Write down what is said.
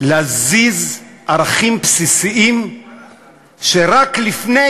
כל החילונים יכולים ללמד שיעור לכולם.